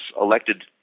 elected